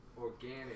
organic